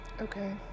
Okay